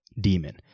demon